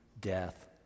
death